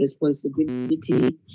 responsibility